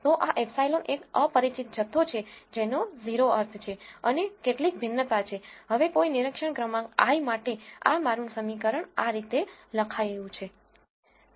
તો આ ε એક અપરિચિત જથ્થો છે જેનો 0 અર્થ છે અને કેટલીક ભિન્નતા છે હવે કોઈ નિરીક્ષણ ક્રમાંક i માટે આ મારું સમીકરણ આ રીતે લખાયું છે